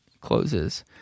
closes